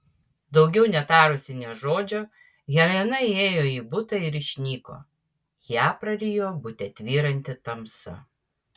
daugiau netarusi nė žodžio helena įėjo į butą ir išnyko ją prarijo bute tvyranti tamsa